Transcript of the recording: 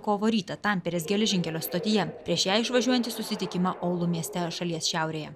kovo rytą tamperės geležinkelio stotyje prieš jai išvažiuojant į susitikimą olu mieste šalies šiaurėje